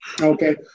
okay